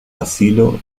asilo